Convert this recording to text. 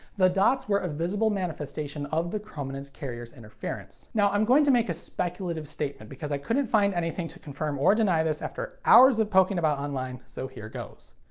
the dots were a visible manifestation of the chrominance carrier's interference. now, i'm going to make a speculative statement because i couldn't find anything to confirm or deny this after hours of poking about online, so here goes.